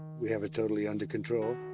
we have it totally under control.